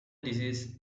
disease